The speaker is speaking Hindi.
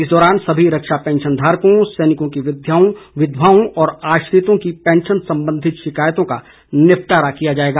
इस दौरान सभी रक्षा पैंशन धारकों सैनिकों की विधवाओं व आश्रितों की पैंशन संबंधित शिकायतों का निपटारा किया जाएगा